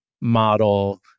model